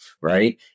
right